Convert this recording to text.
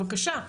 בבקשה.